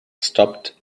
stopped